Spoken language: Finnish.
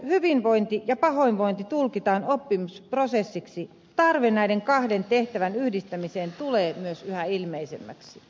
kun myös hyvinvointi ja pahoinvointi tulkitaan oppimisprosessiksi tarve näiden kahden tehtävän yhdistämiseen tulee myös yhä ilmeisemmäksi